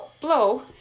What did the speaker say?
Blow